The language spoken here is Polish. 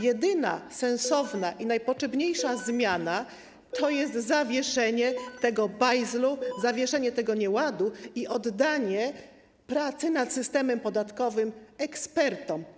Jedyna sensowna i najpotrzebniejsza zmiana to jest zawieszenie tego bajzlu, zawieszenie tego nieładu i oddanie pracy nad systemem podatkowym ekspertom.